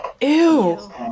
Ew